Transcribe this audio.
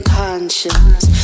conscience